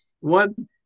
One